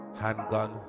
Handgun